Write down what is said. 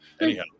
Anyhow